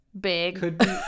Big